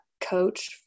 coach